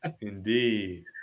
Indeed